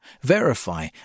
verify